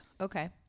Okay